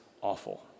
awful